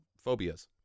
phobias